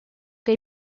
che